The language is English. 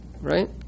right